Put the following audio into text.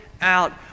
out